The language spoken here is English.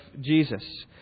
Jesus